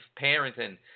parenting